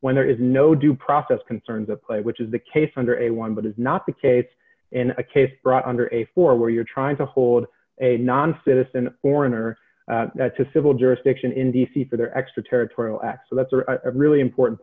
when there is no due process concerns at play which is the case under a one but is not the case in a case brought under a forum where you're trying to hold a non citizen foreigner to civil jurisdiction in d c for their extraterritorial act so that's a really important